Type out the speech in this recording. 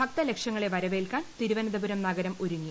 ഭക്തലക്ഷങ്ങളെ വരവേൽക്കാൻ തിരുവനന്തപുരം നഗരം ഒരുങ്ങി